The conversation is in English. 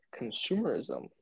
Consumerism